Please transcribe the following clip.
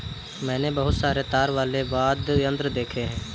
मैंने बहुत सारे तार वाले वाद्य यंत्र देखे हैं